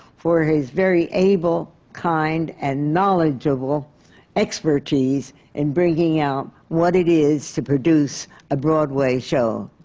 for his very able, kind and knowledgeable expertise in bringing out what it is to produce a broadway show,